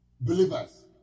Believers